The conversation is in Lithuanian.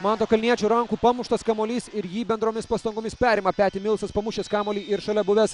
manto kalniečio rankų pamuštas kamuolys ir jį bendromis pastangomis perima peti milsas pamušęs kamuolį ir šalia buvęs